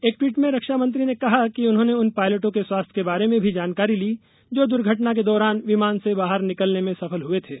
एक ट्वीट में रक्षा मंत्री ने कहा कि उन्होंने उन पायलटों के स्वास्थ्य के बारे में भी जानकारी ली जो दुर्घटना के दौरान विमान से बाहर निकलने में सफल हुए थे